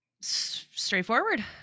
Straightforward